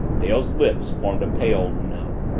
dale's lips formed a pale no.